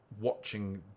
watching